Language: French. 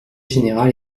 général